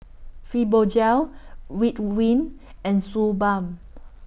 Fibogel Ridwind and Suu Balm